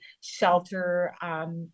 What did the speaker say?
shelter